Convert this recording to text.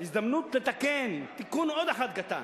הזדמנות לתקן, תיקון, עוד אחד, קטן.